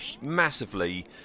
massively